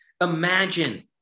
Imagine